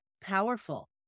powerful